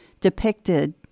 depicted